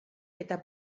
eta